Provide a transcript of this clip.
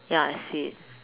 ya I see it